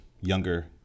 younger